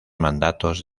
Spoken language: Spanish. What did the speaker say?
mandatos